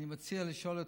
אני מציע לשאול את